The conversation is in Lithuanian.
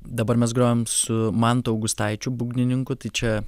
dabar mes grojom su mantu augustaičiu būgnininku tai čia